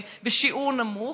בשיעור נמוך,